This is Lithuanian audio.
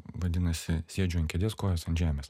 vadinasi sėdžiu ant kėdės kojos ant žemės